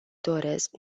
doresc